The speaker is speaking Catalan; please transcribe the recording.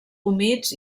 humits